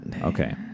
Okay